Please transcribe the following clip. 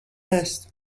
ēst